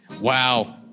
wow